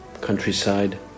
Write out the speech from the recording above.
countryside